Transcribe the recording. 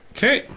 Okay